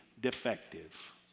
defective